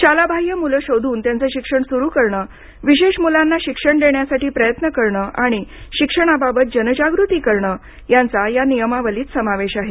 शालाबाह्य मुले शोधून त्यांचं शिक्षण सुरू करणे विशेष मुलांना शिक्षण देण्यासाठी प्रयत्न करणे आणि शिक्षणाबाबत जनजागृती करणे यांचा या नियमावलीत समावेश आहे